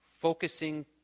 focusing